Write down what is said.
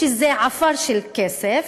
שזה עפר של כסף,